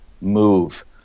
move